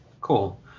cool